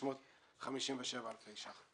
46,657 אלפי שקלים.